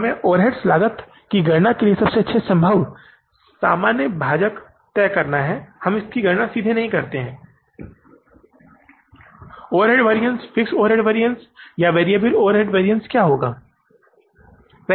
हमें ओवरहेड लागत की गणना के लिए सबसे अच्छा संभव सामान्य भाजक तय करना है और हम सीधे यह नहीं गिनते हैं कि overhead variance fixed overhead variance या वेरिएबल ओवरहेड वैरिअन्स क्या होगा